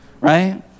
right